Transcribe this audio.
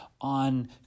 on